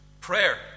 prayer